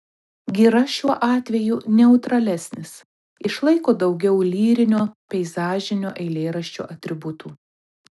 gira šiuo atveju neutralesnis išlaiko daugiau lyrinio peizažinio eilėraščio atributų